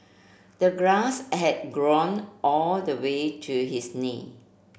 the grass had grown all the way to his knee